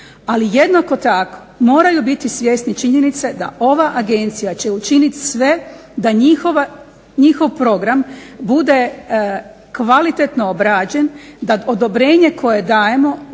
Ali jednako tako moraju biti svjesni činjenice da ova agencija će učiniti sve da njihov program bude kvalitetno obrađen, da odobrenje koje dajemo